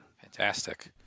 Fantastic